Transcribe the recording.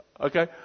Okay